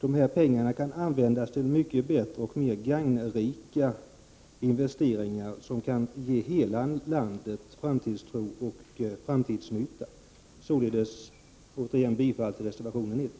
Dessa pengar kan användas till bättre och mer gagnerika investeringar, som kan ge hela landet framtidstro och framtidsnytta. Jag yrkar återigen bifall till reservation 1.